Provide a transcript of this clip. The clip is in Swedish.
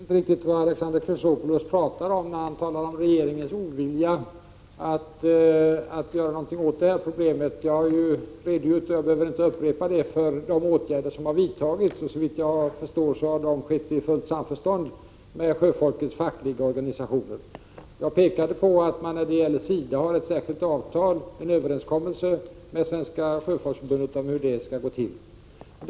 Fru talman! Jag vet inte riktigt vad Alexander Chrisopoulos menar när han talar om regeringens ovilja att göra någonting åt problemet. Jag har ju redogjort för de åtgärder som har vidtagits — jag vill inte upprepa det. Såvitt jag förstår har det skett i fullt samförstånd med sjöfolkets fackliga organisationer. Jag pekade på att det finns en överenskommelse med Svenska sjöfolksförbundet om hur transporterna skall gå till när det gäller SIDA.